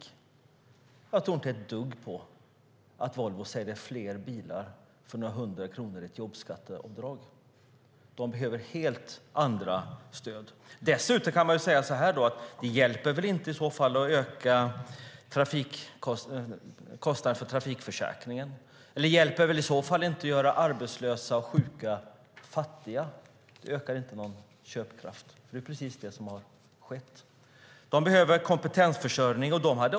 Jag tror inte ett dugg på att Volvo säljer fler bilar på grund av några hundra kronor i jobbskatteavdrag. Volvo behöver helt andra stöd. Dessutom hjälper det väl i så fall inte att öka kostnaderna för trafikförsäkringen? Det hjälper väl i så fall inte att göra arbetslösa och sjuka fattiga? Det ökar inte någon köpkraft. Men det är precis det som har skett. Volvo behöver kompetensförsörjning.